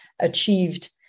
achieved